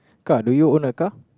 car do you own a car